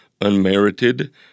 unmerited